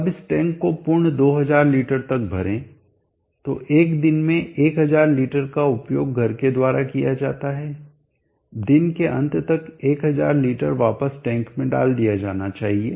अब इस टैंक को पूर्ण 2000 लीटर तक भरें तो एक दिन में 1000 लीटर का उपयोग घर के द्वारा किया जाता है दिन के अंत तक 1000 लीटर वापस टैंक में डाल दिया जाना चाहिए